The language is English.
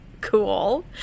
Cool